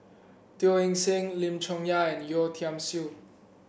Teo Eng Seng Lim Chong Yah and Yeo Tiam Siew